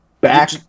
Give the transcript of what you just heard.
Back